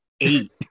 eight